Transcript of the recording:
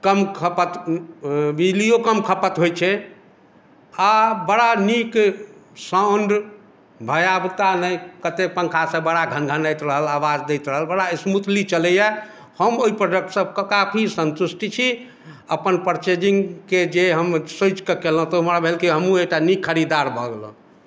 कम खपत बिजलिओ कम खपत होइत छै आ बड़ा नीक साउण्ड भयावहता नहि कतेक पङ्खासँ बड़ा घनघनाइत रहल आवाज दैत रहल बड़ा स्मूथली चलैए हम ओहि प्रोडक्टसँ काफी सन्तुष्ट छी अपन परचेजिंगके जे हम सोचिके कयलहुँ तऽ हमरा भेल हमहूँ एकटा नीक खरीदार भऽ गेलहुँ